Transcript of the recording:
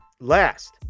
last